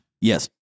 yes